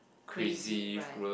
crazy right